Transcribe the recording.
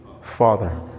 Father